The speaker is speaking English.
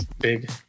big